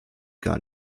gar